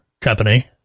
company